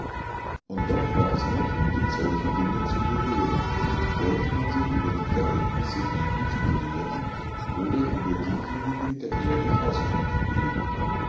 und doch war es notwendig solche dinge zu berühren wollte man sich über die verhältnisse edens belehren oder über diejenigen der erde auskunft geben